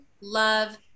love